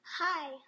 Hi